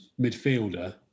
midfielder